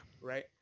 Right